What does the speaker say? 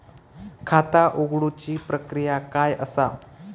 खाता उघडुची प्रक्रिया काय असा?